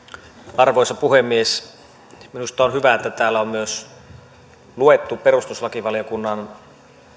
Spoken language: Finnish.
arvoisa puhemies minusta on hyvä että täällä on luettu myös perustuslakivaliokunnan